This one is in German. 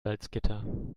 salzgitter